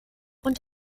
und